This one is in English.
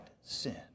sin